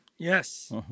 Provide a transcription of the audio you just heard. Yes